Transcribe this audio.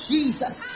Jesus